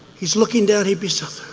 he's looking down. he'd be so